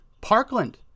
Parkland